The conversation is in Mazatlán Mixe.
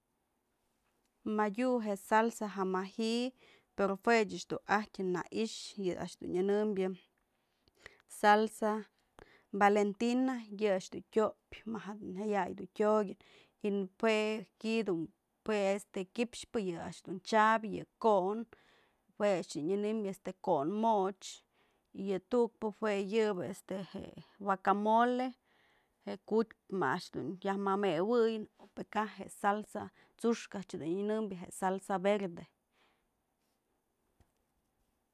Madyu je salsa ji'i pero jue ëch du ajtyë në i'ixë yë a'ax du nyënëmbyë salsa valentina, ye a'ax du tyopyë, mä jedun jaya'ay dun tyokëy jue ji'i dun jue este kyëxpë yë a'ax dun t'siabyë ko'on, jue a'ax yë nyënëm ko'on moch y yë tukpë jue yëbe este je huacamole, ku'utyëpë ma a'ax yaj mëmewëyën o pë kaj je salsa t'suxkë je salsa verde.